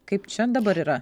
kaip čia dabar yra